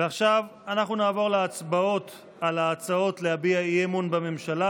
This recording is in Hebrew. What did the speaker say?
עכשיו אנחנו נעבור להצבעות על ההצעות להביע אי-אמון בממשלה.